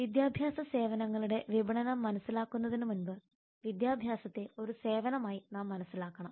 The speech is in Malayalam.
വിദ്യാഭ്യാസ സേവനങ്ങളുടെ വിപണനം മനസ്സിലാക്കുന്നതിനുമുമ്പ് വിദ്യാഭ്യാസത്തെ ഒരു സേവനമായി നാം മനസ്സിലാക്കണം